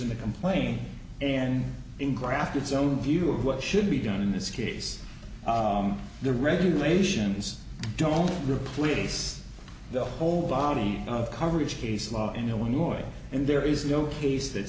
in the complaint and in craft its own view of what should be done in this case the regulations don't replace the whole body of coverage case law in illinois and there is no case that